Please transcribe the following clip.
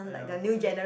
!aiya!